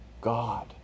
God